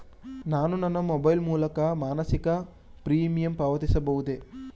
ನಾನು ನನ್ನ ಮೊಬೈಲ್ ಮೂಲಕ ಮಾಸಿಕ ಪ್ರೀಮಿಯಂ ಪಾವತಿಸಬಹುದೇ?